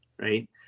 right